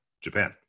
Japan